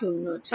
তা 0